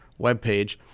webpage